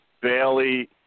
Bailey